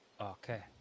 Okay